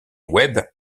web